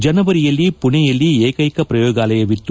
ಜನವರಿಯಲ್ಲಿ ಪುಣೆಯಲ್ಲಿ ಏಕ್ಕೆಕ ಪ್ರಯೋಗಾಲಯವಿತ್ತು